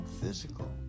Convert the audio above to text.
physical